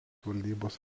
valdybos